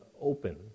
open